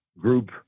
group